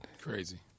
Crazy